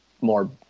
more